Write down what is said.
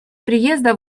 приезда